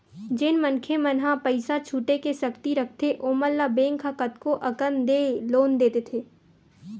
जेन मनखे मन ह पइसा छुटे के सक्ति रखथे ओमन ल बेंक ह कतको अकन ले लोन दे देथे